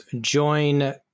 join